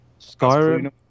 skyrim